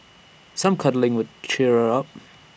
some cuddling could cheer her up